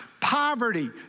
Poverty